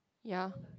ya